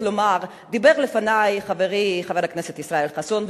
דיבר לפני חברי חבר הכנסת ישראל חסון,